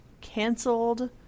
canceled